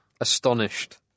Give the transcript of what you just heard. Astonished